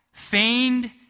feigned